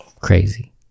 crazy